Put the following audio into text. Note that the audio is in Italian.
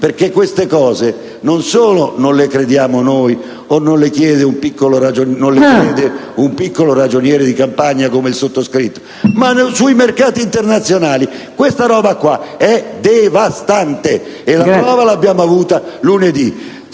perché queste cose non solo non le crediamo noi (e nemmeno un piccolo ragioniere di campagna come il sottoscritto), ma sui mercati internazionali sono cose devastanti! La prova l'abbiamo avuta lunedì